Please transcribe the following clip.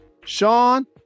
Sean